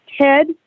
Ted